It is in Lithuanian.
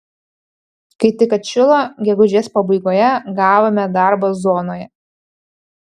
kai tik atšilo gegužės pabaigoje gavome darbą zonoje